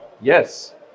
yes